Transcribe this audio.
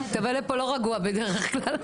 תבואי לפה, לא רגוע בדרך כלל,